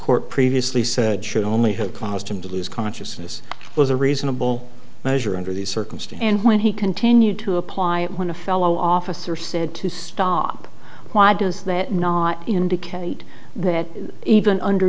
court previously said should only have caused him to lose consciousness was a reasonable measure under the circumstance and when he continued to apply it when a fellow officer said to stop why does that not indicate that even under